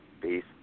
peace